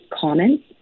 comments